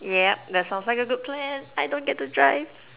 yup that sounds like a good plan I don't get to drive